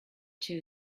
two